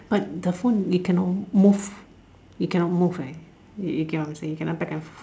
but the phone you can not move you cannot move right you get what I'm saying cannot back and f~